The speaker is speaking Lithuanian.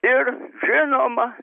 ir žinoma